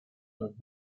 doivent